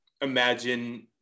imagine